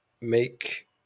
make